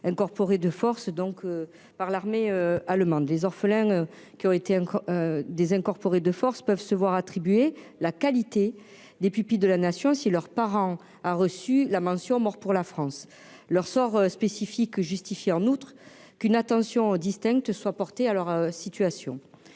incorporés de force donc par l'armée allemande des orphelins qui ont été des incorporés de force peuvent se voir attribuer la qualité des pupilles de la nation, si leurs parents a reçu la mention Mort pour la France, leur sort spécifique justifie en outre qu'une attention distinctes soit porté à leur situation,